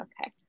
Okay